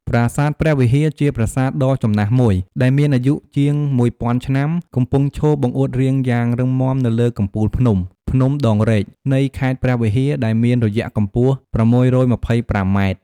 ប្រាសាទព្រះវិហារ ជាប្រាសាទដ៏ចំណាស់មួយដែលមានអាយុជាងមួយពាន់ឆ្នាំ កំពុងឈរបង្អួតរាងយ៉ាងរឹងមាំនៅលើកំពូលភ្នំភ្នំដងរែកនៃខេត្តព្រះវិហារ ដែលមានរយៈកម្ពស់ ៦២៥ម៉ែត្រ។